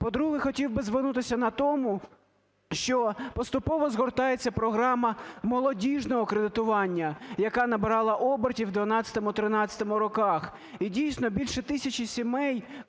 По-друге, хотів би звернутися на тому, що поступово згортається програма молодіжного кредитування, яка набирала обертів у 2012-2013 роках. І, дійсно, більше тисячі сімей